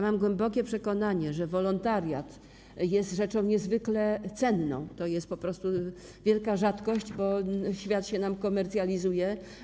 Mam głębokie przekonanie, że wolontariat jest czymś niezwykle cennym, to jest po prostu wielka rzadkość, kiedy świat nam się komercjalizuje.